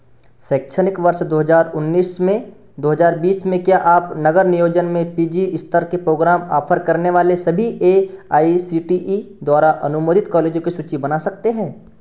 शैक्षणिक वर्ष दो हज़ार उन्नीस में दो हज़ार बीस में क्या आप नगर नियोजन में पी जी स्तर के प्रोग्राम ऑफ़र करने वाले सभी A I C T E द्वारा अनुमोदित कॉलेजों की सूची बना सकते हैं